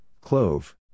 clove